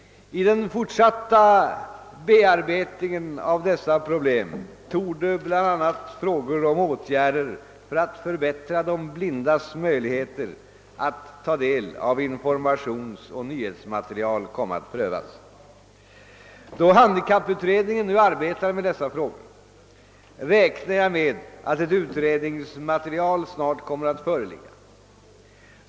I den fortsatta bearbetningen av dessa problem torde bl.a. frågor om åtgärder för att förbättra de blindas möjligheter att ta del av informationsoch nyhetsmaterial komma att prövas. Då handikapputredningen nu arbetar med dessa frågor räknar jag med att ett utredningsmaterial snart kommer att föreligga.